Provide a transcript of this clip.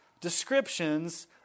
descriptions